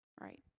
right